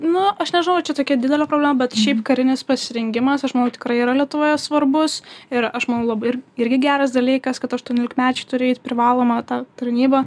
nu aš nežinau ar čia jau tokia didelė problema bet šiaip karinis pasirengimas aš manau tikrai yra lietuvos svarbus ir aš manau labai ir irgi geras dalykas kad aštuoniolikmečiai turi eit privalomą tą tarnybą